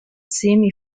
semi